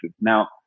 Now